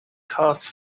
costs